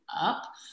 up